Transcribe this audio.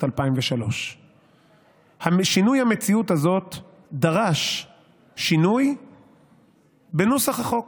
2003. שינוי המציאות הזה דרש שינוי בנוסח החוק,